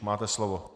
Máte slovo.